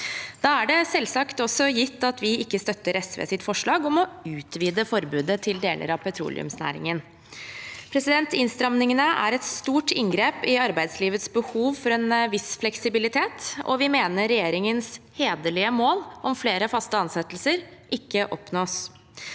Da er det selvsagt også gitt at vi ikke støtter SVs forslag om å utvide forbudet til deler av petroleumsnæringen. Innstramningene er et stort inngrep i arbeidslivets behov for en viss fleksibilitet, og vi mener regjeringens hederlige mål om flere faste ansettelser ikke oppnås.